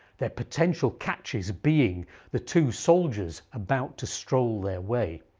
their potential catches being the two soldiers about to stroll their way.